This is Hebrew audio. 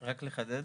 רק לחדד,